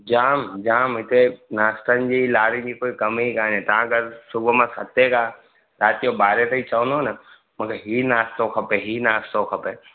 जाम जाम हिते नाश्तनि जी लारी जी कोई कमी कोन्हे तव्हां अगरि सुबुह मां सते खां रात जो ॿारहं ताईं चवंदो न न मूंखे इहो नाश्तो खपे इहो नाश्तो खपे